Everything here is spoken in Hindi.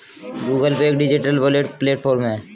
गूगल पे एक डिजिटल वॉलेट प्लेटफॉर्म है